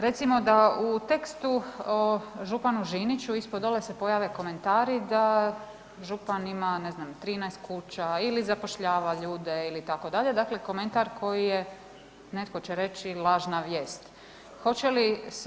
Recimo da u tekstu županu Žiniću ispod dole se pojave komentari da župan ima ne znam 13 kuća ili zapošljava ljude itd., dakle komentar koji je netko će reći lažna vijest.